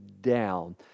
down